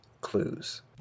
clues